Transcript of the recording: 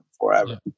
forever